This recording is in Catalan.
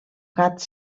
gats